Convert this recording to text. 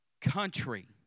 country